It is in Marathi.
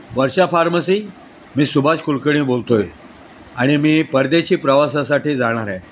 वर्षा फार्मसी मी सुभाष कुलकर्णी बोलतो आहे आणि मी परदेशी प्रवासासाठी जाणार आहे